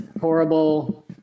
horrible